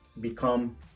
become